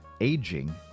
aging